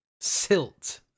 Silt